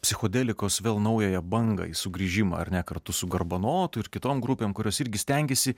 psichodelikos vėl naująją bangą į sugrįžimą ar ne kartu su garbanotu ir kitom grupėm kurios irgi stengiasi